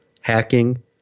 hacking